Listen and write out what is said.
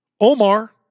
Omar